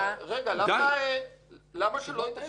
למה שלא יתאפשר לי?